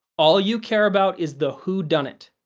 all you care about is the whodunnit.